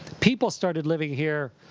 people started living here,